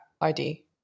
ID